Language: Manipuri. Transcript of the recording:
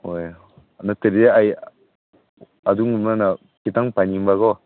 ꯍꯣꯏ ꯅꯠꯇꯔꯗꯤ ꯑꯩ ꯑꯗꯨꯒꯨꯝꯕꯅ ꯈꯤꯇꯪ ꯄꯥꯏꯅꯤꯡꯕꯀꯣ